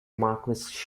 marquess